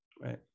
right